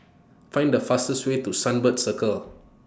Find The fastest Way to Sunbird Circle